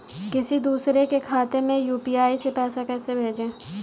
किसी दूसरे के खाते में यू.पी.आई से पैसा कैसे भेजें?